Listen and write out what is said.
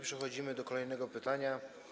Przechodzimy do kolejnego pytania.